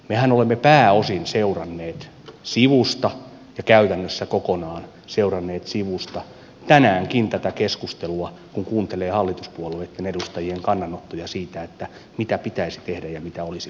mehän olemme pääosin seuranneet sivusta ja käytännössä kokonaan seuranneet sivusta tänäänkin tätä keskustelua kun kuuntelee hallituspuolueitten edustajien kannanottoja siitä mitä pitäisi tehdä ja mitä olisi pitänyt tehdä